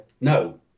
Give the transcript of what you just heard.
no